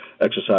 exercise